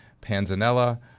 panzanella